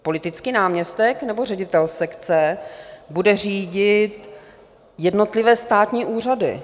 Politický náměstek, nebo ředitel sekce bude řídit jednotlivé státní úřady?